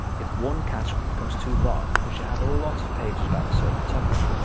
if one category becomes too large because you have a lot of pages about a certain topic,